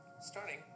starting